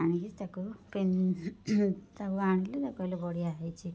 ଆଣିକି ତାକୁ ତାକୁ ଆଣିଲି ତାକୁ କହିଲେ ବଢ଼ିଆ ହେଇଛି